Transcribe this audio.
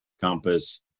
Compass